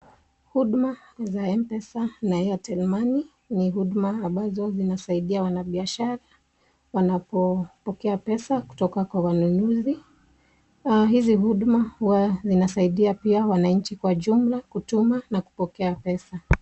Huduma za mpesa na airtel money ni huduma ambazo zinasaidia wanabiashara wanapopokea pesa kutoka kwa wanunuzi. Na hizi huduma huwa zinasaidia pia wananchi kwa jumla kwa kutuma na kupokea pesa.